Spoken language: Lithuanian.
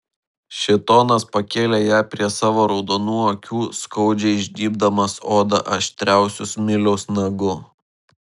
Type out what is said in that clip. šėtonas pakėlė ją prie savo raudonų akių skaudžiai žnybdamas odą aštriausiu smiliaus nagu